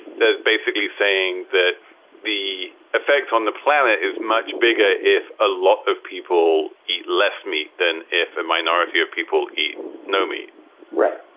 there's basically saying that the effects on the planet is much bigger if a lot of people eat less meat than if a minority of people eat no meat right.